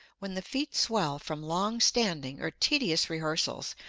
when the feet swell from long standing or tedious rehearsals,